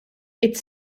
its